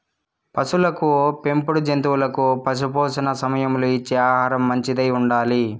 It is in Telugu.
పసులకు పెంపుడు జంతువులకు పశుపోషణ సమయంలో ఇచ్చే ఆహారం మంచిదై ఉండాలి